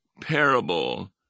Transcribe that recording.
parable